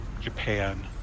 Japan